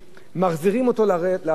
מחזירים אותו לכביש,